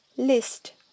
List